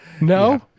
No